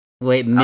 Wait